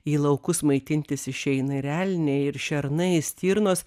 į laukus maitintis išeina ir elniai ir šernai i stirnos